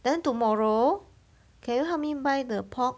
then tomorrow can you help me buy the pork